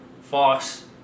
False